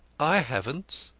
i haven't,